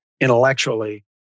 intellectually